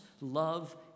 love